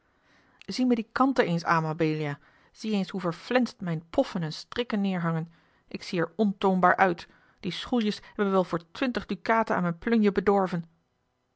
zie mij die kanten eens aan mabelia zie eens hoe verflenst mijne poffen en strikken neêrhangen ik zie er ontoonbaar uit die schoeljes hebben wel voor twintig dukaten aan mijne plunje bedorven